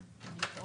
מי נגד?